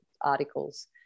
articles